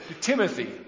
Timothy